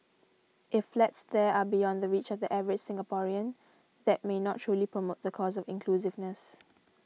if flats there are beyond the reach of the average Singaporean that may not truly promote the cause of inclusiveness